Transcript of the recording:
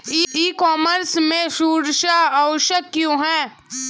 ई commerce में सुरक्षा आवश्यक क्यों है?